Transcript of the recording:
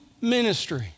ministry